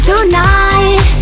Tonight